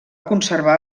conservar